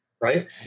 Right